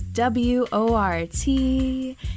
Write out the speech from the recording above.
W-O-R-T